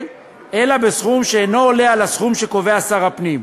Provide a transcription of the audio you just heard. אלא בסכום שאינו עולה על הסכום שקובע שר הפנים.